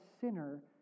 sinner